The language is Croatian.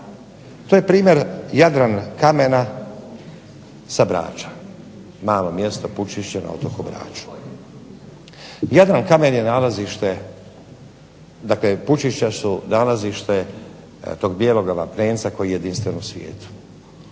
To je primjer Jadrankamena sa Brača, malo mjesto Pučišća na otoku Braču. Jadrankamen je nalazište, dakle Pučišća su nalazište tog bijelog vapnenca koji je jedinstven u svijetu.